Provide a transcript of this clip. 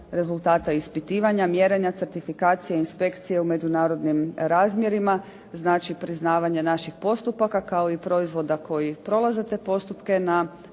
rezultata ispitivanja, mjerenja certifikacije, inspekcije u međunarodnim razmjerima. Znači, priznavanja naših postupaka kao i proizvoda koji prolaze te postupke na